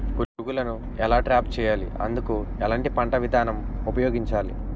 పురుగులను ఎలా ట్రాప్ చేయాలి? అందుకు ఎలాంటి పంట విధానం ఉపయోగించాలీ?